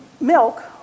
milk